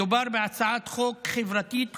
מדובר בהצעת חוק חברתית חשובה,